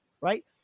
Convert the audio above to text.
right